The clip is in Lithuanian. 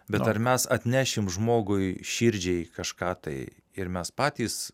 bet ar mes atnešim žmogui širdžiai kažką tai ir mes patys